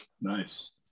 Nice